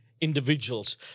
individuals